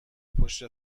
پشت